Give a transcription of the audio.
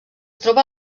troba